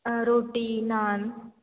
रोटी naan